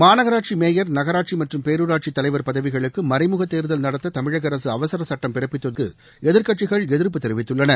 மாநகராட்சி மேயர் நகராட்சி மற்றும் பேரூராட்சி தலைவர் பதவிகளுக்கு மறைமுக தேர்தல் நடத்த தமிழக அரசு அவசர சுட்டம் பிறப்பித்துள்ளதற்கு எதிர்க்கட்சிகள் எதிர்ப்பு தெரிவித்துள்ளன